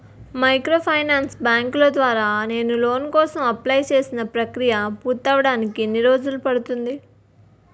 Microfinance బ్యాంకుల ద్వారా నేను లోన్ కోసం అప్లయ్ చేసిన ప్రక్రియ పూర్తవడానికి ఎన్ని రోజులు పడుతుంది?